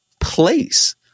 place